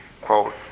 quote